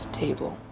table